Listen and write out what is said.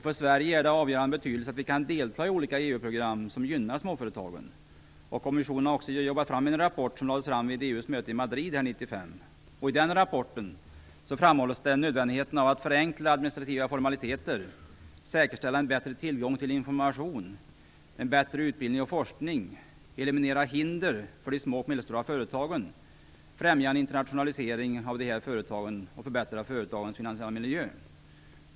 För Sverige är det av avgörande betydelse att vi kan delta i de olika EU-program som gynnar småföretagen. Kommissionen har arbetat fram en rapport, som lades fram vid EU:s möte i Madrid i december 1995. I den rapporten framhålls nödvändigheten av att förenkla administrativa formaliteter, säkerställa en bättre tillgång till information, utbildning och forskning, eliminera hinder för de små och medelstora företagen, främja en internationalisering av dessa företag samt förbättra företagens finansiella miljö.